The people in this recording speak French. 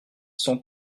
cent